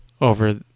over